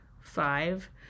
five